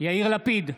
יאיר לפיד,